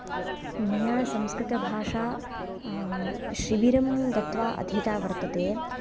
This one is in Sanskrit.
मया संस्कृतभाषा शिबिरं गत्वा अधिता वर्तते